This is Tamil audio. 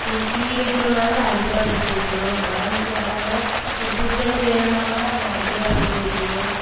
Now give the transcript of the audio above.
ஒரு டீ வைக்கணுன்னா கூட அடுப்பு தான் பற்ற வைக்கணும் உடம்பு சரியில்லாமல் ஒரு சூடு தண்ணி வேணுன்னா கூட அந்த அடுப்பு தான் பற்ற வைக்கணும்